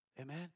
Amen